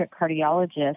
cardiologist